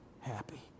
happy